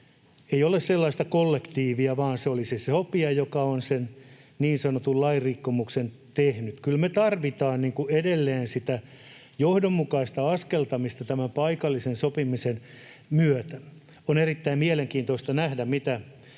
ei ole sellaista kollektiivia, vaan se olisi se sopija, joka on sen niin sanotun lainrikkomuksen tehnyt. Kyllä me tarvitaan edelleen sitä johdonmukaista askeltamista tämän paikallisen sopimisen myötä. On erittäin mielenkiintoista nähdä, mitä